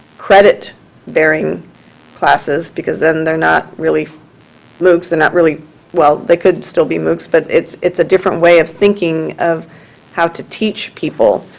credit bearing classes, because then they're not really moocs, they're not really well, they could still be moocs, but it's it's a different way of thinking of how to teach people.